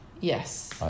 Yes